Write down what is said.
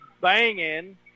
banging